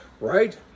Right